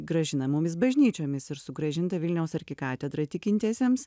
grąžinamomis bažnyčiomis ir sugrąžinta vilniaus arkikatedra tikintiesiems